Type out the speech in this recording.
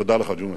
תודה לך, ג'ומס.